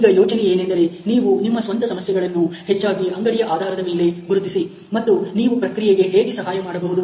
ಈಗ ಯೋಚನೆ ಏನೆಂದರೆ ನೀವು ನಿಮ್ಮ ಸ್ವಂತ ಸಮಸ್ಯೆಗಳನ್ನು ಹೆಚ್ಚಾಗಿ ಅಂಗಡಿಯ ಆಧಾರದ ಮೇಲೆ ಗುರುತಿಸಿ ಮತ್ತು ನೀವು ಪ್ರಕ್ರಿಯೆಗೆ ಹೇಗೆ ಸಹಾಯ ಮಾಡಬಹುದು